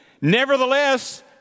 Nevertheless